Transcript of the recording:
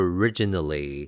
Originally